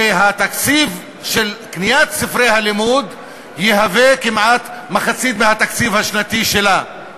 התקציב של קניית ספרי הלימוד יהווה כמעט מחצית מהתקציב השנתי שלה.